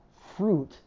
fruit